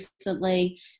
recently